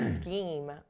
scheme